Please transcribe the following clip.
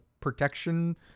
protection